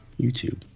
YouTube